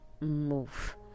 move